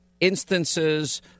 instances